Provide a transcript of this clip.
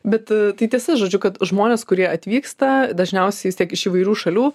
bet tai tiesa žodžiu kad žmonės kurie atvyksta dažniausiai vis tiek iš įvairių šalių